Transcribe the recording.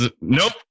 Nope